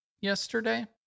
yesterday